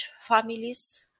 families